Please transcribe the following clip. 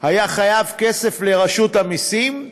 היה חייב כסף לרשות המסים,